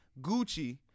Gucci